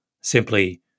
simply